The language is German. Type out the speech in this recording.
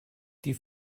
die